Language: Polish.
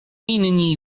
inni